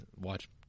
watch